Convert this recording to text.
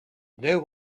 know